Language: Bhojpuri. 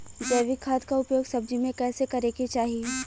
जैविक खाद क उपयोग सब्जी में कैसे करे के चाही?